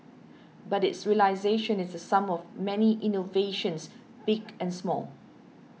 but its realisation is the sum of many innovations big and small